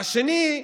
והשני,